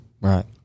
Right